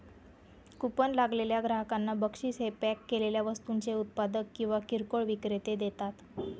coupon लागलेल्या ग्राहकांना बक्षीस हे पॅक केलेल्या वस्तूंचे उत्पादक किंवा किरकोळ विक्रेते देतात